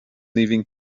leaving